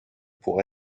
pour